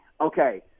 okay